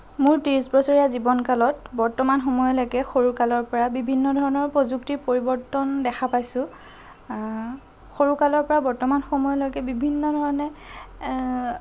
মোৰ তেইছ বছৰীয়া জীৱন কালত বৰ্তমান সময়লৈকে সৰুকালৰ পৰা বিভিন্ন ধৰণৰ প্ৰযুক্তিৰ পৰিৱৰ্তন দেখা পাইছোঁ সৰুকালৰ পৰা বৰ্তমানলৈকে বিভিন্ন ধৰণে